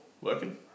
working